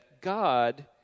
God